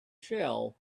shell